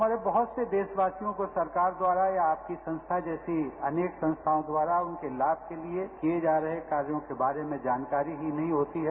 हयारे बहुत से देरावासियों को सरकार द्वारा या आपकी संस्थाजैसी अनेक संस्थाओं द्वारा उनके लाभ के लिए किए जा रहे कार्यों के बारे में जानकारीही नही होती है